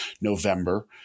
November